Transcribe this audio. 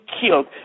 killed